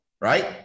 right